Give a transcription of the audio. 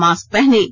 mask पहनें